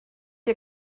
ihr